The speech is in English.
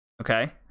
okay